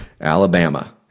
Alabama